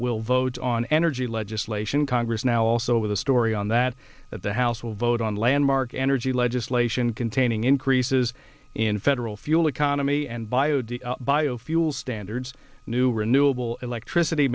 will vote on energy legislation congress now also with a story on that the house will vote on landmark energy legislation containing increases in federal fuel economy and bio diesel bio fuel standards new renewable electricity